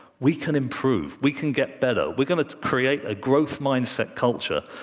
we can improve. we can get better. we're going to to create a growth-mindset culture.